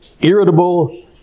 irritable